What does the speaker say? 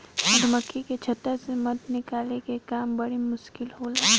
मधुमक्खी के छता से मध निकाले के काम बड़ी मुश्किल होला